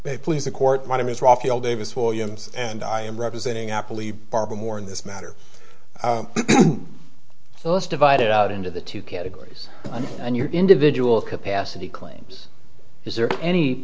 please the court my name is raphael davis williams and i am representing apple barber more in this matter so let's divide it out into the two categories and your individual capacity claims is there any